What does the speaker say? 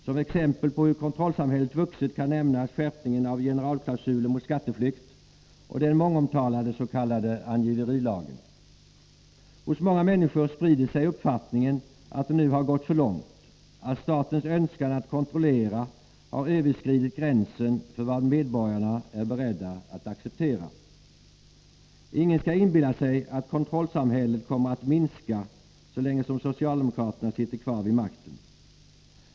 Som exempel på hur kontrollsamhället vuxit kan nämnas skärpningen av generalklausulen mot skatteflykt och den mångomtalade s.k. angiverilagen. Hos många människor sprider sig uppfattningen att det nu har gått för långt, att statens önskan att kontrollera har överskridit gränsen för vad medborgarna är beredda att acceptera. Ingen skall inbilla sig att kontrollsamhället kommer att minska så länge som socialdemokraterna sitter kvar vid makten.